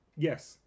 Yes